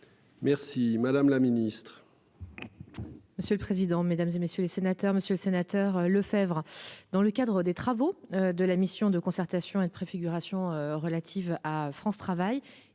Merci, madame la Ministre.